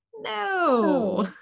no